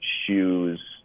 Shoes